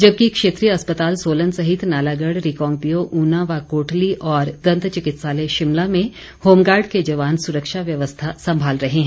जबकि क्षेत्रीय अस्पताल सोलन सहित नालागढ़ रिकांगपिओ ऊना व कोटली और दंत चिकित्सालय शिमला में होमगार्ड के जवान सुरक्षा व्यवस्था संभाल रहे हैं